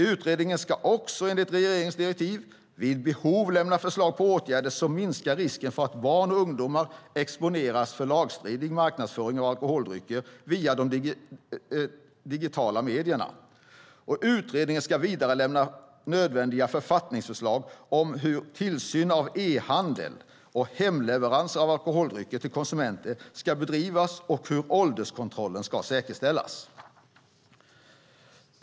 Utredaren ska också enligt regeringens direktiv vid behov lämna förslag på åtgärder som minskar risken för att barn och ungdomar exponeras för lagstridig marknadsföring av alkoholdrycker via de digitala medierna. Utredaren ska vidare lämna nödvändiga författningsförslag om hur tillsyn av e-handel och hemleverans av alkoholdrycker till konsumenter ska bedrivas och hur ålderskontrollen ska säkerställas.